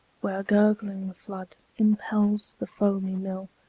where gurgling flood impels the foamy mill,